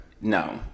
no